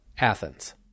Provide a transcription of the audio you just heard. Athens